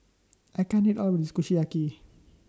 I can't eat All of This Kushiyaki